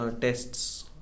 tests